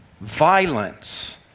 violence